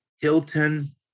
Hilton